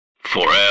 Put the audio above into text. forever